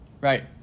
Right